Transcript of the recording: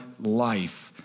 life